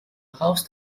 house